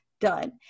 done